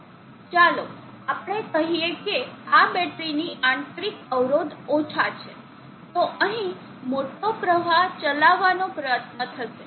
ચાલો આપણે કહીએ કે આ બેટરીની આંતરિક અવરોધ ઓછા છે તો અહીં મોટો પ્રવાહ ચલાવવાનો પ્રયત્ન થશે